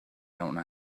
own